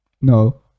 No